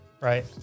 right